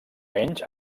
menys